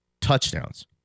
touchdowns